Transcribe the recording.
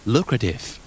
Lucrative